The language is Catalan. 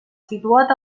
situat